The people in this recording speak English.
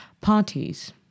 parties